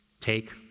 Take